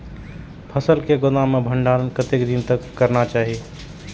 फसल के गोदाम में भंडारण कतेक दिन तक करना चाही?